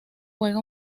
juega